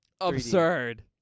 Absurd